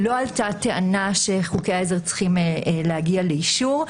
לא עלתה טענה שחוקי העזר צריכים להגיע לאישור.